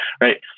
right